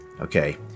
Okay